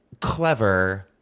clever